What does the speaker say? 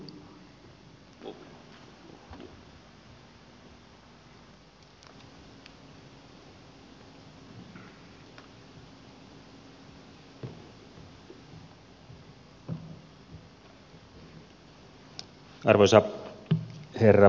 arvoisa herra puhemies